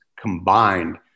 combined